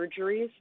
surgeries